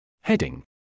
Heading